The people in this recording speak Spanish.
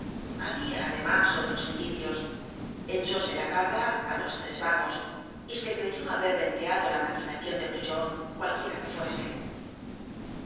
habia además otros indicios echóse la garra á los tres vagos y se creyó haber venteado la maquinacion de brujon cualquiera que fuese